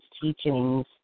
teachings